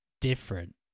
different